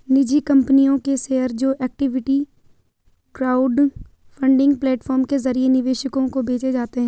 निजी कंपनियों के शेयर जो इक्विटी क्राउडफंडिंग प्लेटफॉर्म के जरिए निवेशकों को बेचे जाते हैं